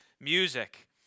music